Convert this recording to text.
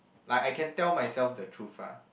like I can tell myself the truth lah